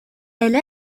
elle